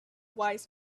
wise